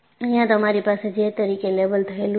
અહિયાં તમારી પાસે J તરીકે લેબલ થયેલુ છે